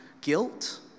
guilt